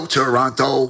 toronto